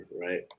right